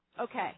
Okay